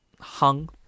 hung